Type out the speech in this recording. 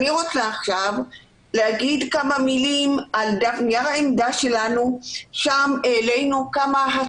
אני רוצה להגיד כמה מילים על נייר העמדה שלנו שבו העלינו כמה דרישות.